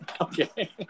Okay